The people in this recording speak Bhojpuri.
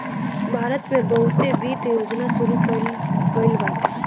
भारत में बहुते वित्त योजना शुरू कईल गईल बाटे